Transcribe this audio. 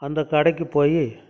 அந்த கடைக்கு போய்